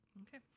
Okay